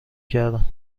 کردم